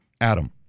Adam